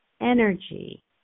energy